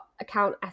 account